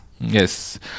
Yes